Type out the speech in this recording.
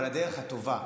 אבל היא הדרך הטובה,